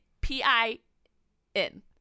P-I-N